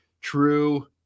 true